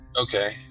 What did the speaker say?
Okay